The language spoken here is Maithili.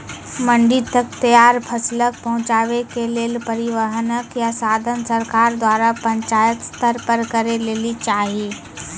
मंडी तक तैयार फसलक पहुँचावे के लेल परिवहनक या साधन सरकार द्वारा पंचायत स्तर पर करै लेली चाही?